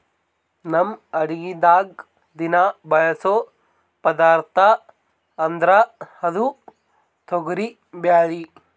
ನಮ್ ಅಡಗಿದಾಗ್ ದಿನಾ ಬಳಸೋ ಪದಾರ್ಥ ಅಂದ್ರ ಅದು ತೊಗರಿಬ್ಯಾಳಿ